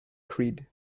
creed